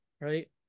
right